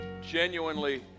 genuinely